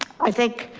i think,